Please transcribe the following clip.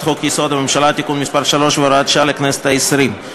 חוק-יסוד: הממשלה (תיקון מס' 3 והוראת שעה לכנסת ה-20).